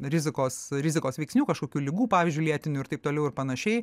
rizikos rizikos veiksnių kažkokių ligų pavyzdžiui lėtinių ir taip toliau ir panašiai